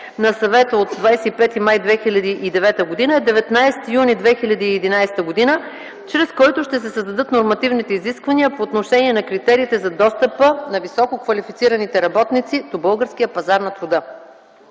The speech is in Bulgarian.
на Съвета от 25 май 2009 г. е 19 юни 2011 г., през който ще се създадат нормативните изисквания по отношение на критериите за достъпа на висококвалифицираните работници до българския пазар на труда.